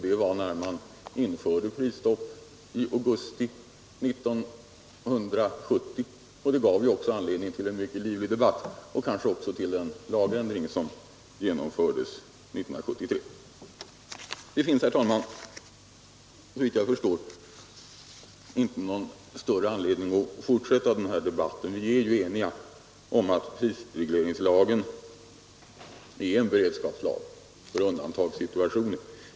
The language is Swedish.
Det var när man införde prisstopp i augusti 1970, och det gav ju också upphov till en mycket livlig debatt, kanske också till den lagändring som genomfördes 1973. Efter vad jag förstår finns det inte, herr talman, någon större anledning att fortsätta den här debatten, eftersom vi ju är eniga om att prisregleringslagen är en beredskapslag för undantagssituationer.